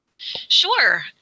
Sure